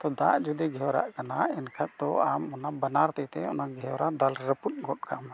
ᱛᱚ ᱫᱟᱜ ᱡᱩᱫᱤ ᱜᱷᱮᱣᱨᱟᱜ ᱠᱟᱱᱟ ᱮᱱ ᱠᱷᱟᱱ ᱛᱚ ᱟᱢ ᱚᱱᱟ ᱵᱟᱱᱟᱨ ᱛᱤᱛᱮ ᱚᱱᱟ ᱜᱷᱮᱣᱨᱟ ᱫᱟᱞ ᱨᱟᱹᱯᱩᱫ ᱜᱚᱫ ᱠᱟᱜ ᱢᱮ